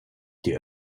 die